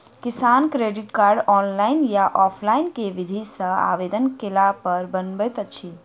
किसान credit card, online या offline केँ विधि सँ आवेदन कैला पर बनैत अछि?